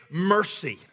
mercy